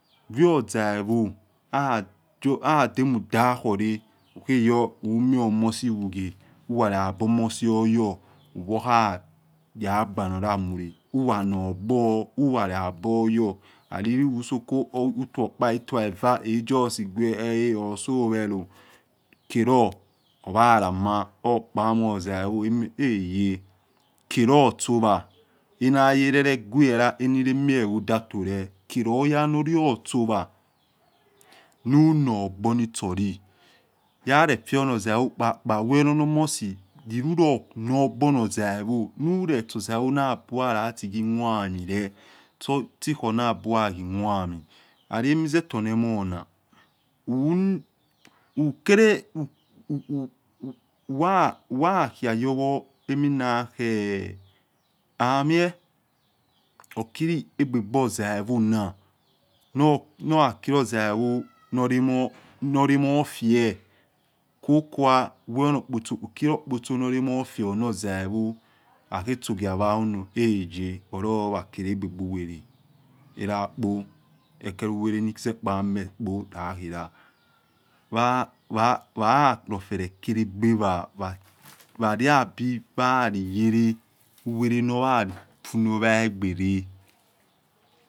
Wel ozaiuo ademudakhore ukheyohumio omosi hughe uhalabu omosi oyor huyohia yagbao lamule uwanogbor huhala boyor lalihuso ko utuo okpa utua eva he justi guel orso welo kelo oyalama okpamho ozaiuo eyei kelotso owa onaya rere guel la onile mie wodato legue lo kelooyano lulotso wa nunogbornosulo yarefiono ozaivo kpakpa wel no omosi lelu lo nonosunor ozaivo nule su ozaiuo nuya la tohi kasuh amole or tikhornuya lati hi kwu hamole laliemozetonemhona whokele huyakia yowo emonakhe amieh orkiwhegbegbor ozaivona norha kilo ozailo nor romor fiel kokua wenor opotso noremor fiol no ozaivo hahetsokua wahuno eyei horlahorwakilegbegbuwe le helapo ekeluwalenikpamie walarofe lekoleegbewa waliabuweloolalifunowa egbere.